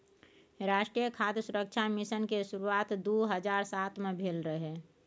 राष्ट्रीय खाद्य सुरक्षा मिशन के शुरुआत दू हजार सात मे भेल रहै